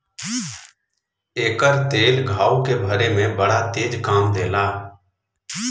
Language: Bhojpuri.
एकर तेल घाव के भरे में बड़ा तेज काम देला